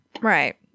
right